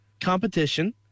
competition